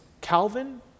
Calvin